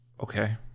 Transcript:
Okay